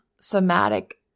somatic